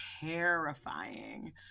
terrifying